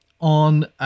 on